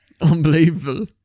Unbelievable